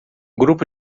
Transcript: grupo